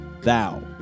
Thou